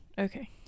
Okay